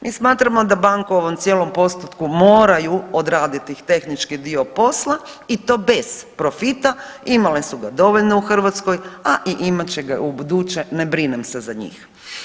Mi smatramo da banka u ovom cijelom postotku moraju odraditi tih tehnički dio posla i to bez profita, imale su ga dovoljno u Hrvatskoj, a i imat će ga ubuduće, ne brinem se za njih.